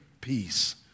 peace